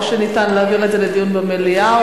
או שניתן להעביר את זה לדיון במליאה,